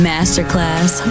Masterclass